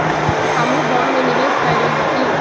हमहुँ बॉन्ड में निवेश कयले हती